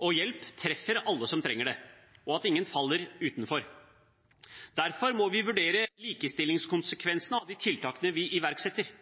og hjelp treffer alle som trenger det, og at ingen faller utenfor. Derfor må vi vurdere likestillingskonsekvensene av de tiltakene vi iverksetter.